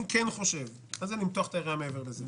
אני חושב מה זה "למתוח את היריעה מעבר לזה"?